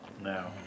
No